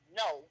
no